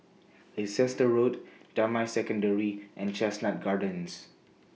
Leicester Road Damai Secondary and Chestnut Gardens